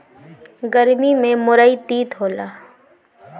गरमी में मुरई तीत होला